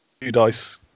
two-dice